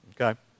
Okay